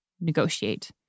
negotiate